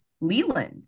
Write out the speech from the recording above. leland